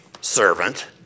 servant